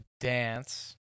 dance